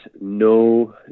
no